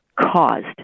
caused